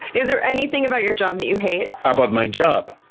is there anything about your job that you hate? about my job?